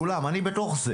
כולם אני בתוך זה